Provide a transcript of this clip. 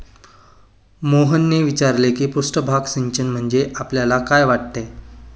मोहनने विचारले की पृष्ठभाग सिंचन म्हणजे आपल्याला काय वाटते?